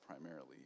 primarily